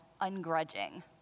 ungrudging